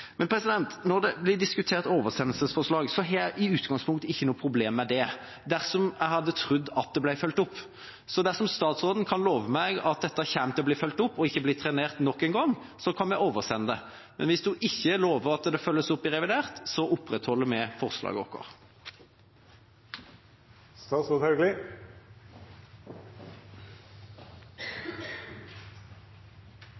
Når det blir diskutert oversendelsesforslag, har jeg i utgangspunktet ikke noe problem med det, dersom jeg hadde trodd at det ble fulgt opp. Dersom statsråden kan love meg at dette kommer til å bli fulgt opp og ikke bli trenert nok en gang, kan vi oversende det, men hvis hun ikke lover at det følges opp i revidert, opprettholder vi forslaget